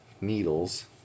needles